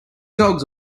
dogs